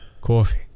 Coffee